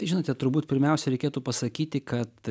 žinote turbūt pirmiausia reikėtų pasakyti kad